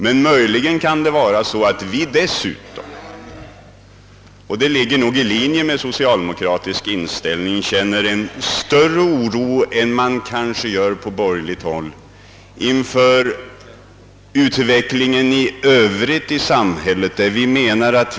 Men möjligen känner vi dessutom — och det ligger nog i linje med den socialdemokratiska inställningen — en större oro än man gör på borgerligt håll inför utvecklingen i övrigt i samhället.